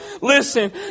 Listen